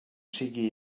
sigui